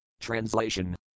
Translation